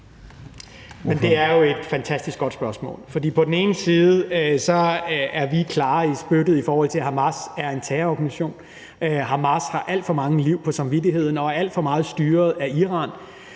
Det er et fantastisk godt spørgsmål. På den ene side er vi klare i spyttet, i forhold til at Hamas er en terrororganisation. Hamas har alt for mange liv på samvittigheden og er alt for meget styret af Iran.